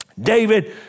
David